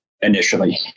initially